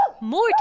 more